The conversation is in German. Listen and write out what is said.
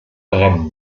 brennen